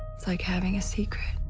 it's like having a secret.